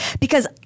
Because-